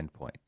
endpoint